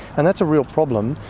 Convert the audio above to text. and that's a real problem,